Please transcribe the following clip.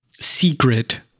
secret